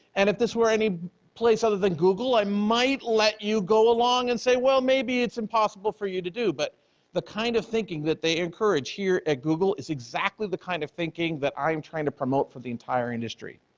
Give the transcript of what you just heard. and if this were any place other than google, i might let you go along and say, well, maybe it's impossible for you to do. but the kind of thinking that they encourage here at google is exactly the kind of thinking that i'm trying to promote for the entire industry,